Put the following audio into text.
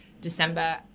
December